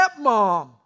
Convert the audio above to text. stepmom